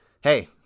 hey